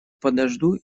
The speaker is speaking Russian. подожду